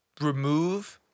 remove